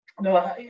No